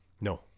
No